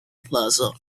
plaza